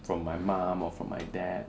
from my mum or from my dad